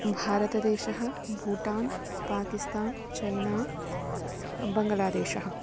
भारतदेशः भूटान् पाकिस्तान् चैना बङ्ग्लादेशः